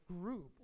group